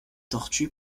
tortues